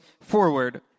Forward